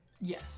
Yes